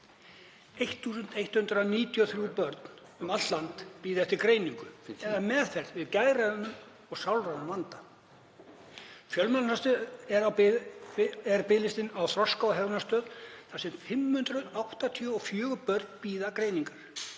1.193 börn um allt land bíða eftir greiningu eða meðferð við geðrænum og sálrænum vanda. Fjölmennastur er biðlistinn á Þroska- og hegðunarstöð þar sem 584 börn bíða greiningar.